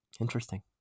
interesting